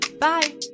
bye